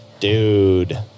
Dude